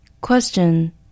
Question